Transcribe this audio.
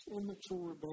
immature